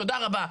תודה רבה,